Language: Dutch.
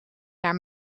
naar